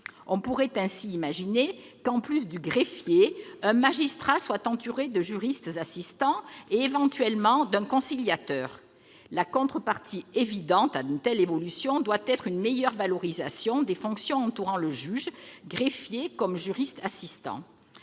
On pourrait ainsi imaginer que, en plus du greffier, un magistrat soit entouré de juristes assistants, et éventuellement d'un conciliateur. La contrepartie évidente à une telle évolution doit être une meilleure valorisation des fonctions des personnels entourant le juge, greffiers comme juristes assistants.